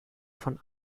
von